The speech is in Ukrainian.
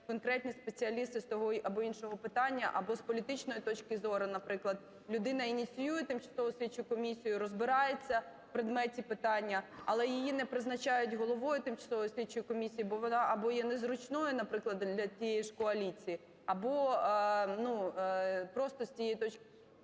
конкретні спеціалісти з того або іншого питання, або з політичної точки зору, наприклад, людина ініціює тимчасову слідчу комісію і розбирається в предметі питання, але її не призначають головою тимчасової слідчої комісії, бо вона або є незручною, наприклад, для тієї ж коаліції, або, ну, просто з цієї точки...